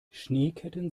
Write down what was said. schneeketten